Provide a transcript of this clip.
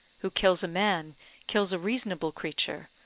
who kills a man kills a reasonable creature,